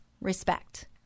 respect